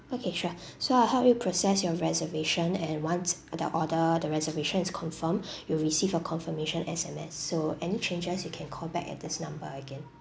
okay sure so I'll help you process your reservation and once the order the reservation is confirmed you'll receive a confirmation S_M_S so any changes you can call back at this number again